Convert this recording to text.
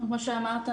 כמו שאמרת,